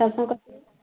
सरसों का तेल